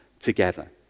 together